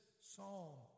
psalm